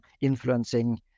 influencing